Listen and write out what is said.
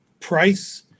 price